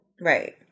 right